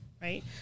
Right